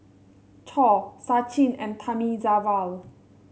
Choor Sachin and Thamizhavel